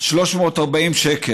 340 שקל.